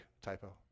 typo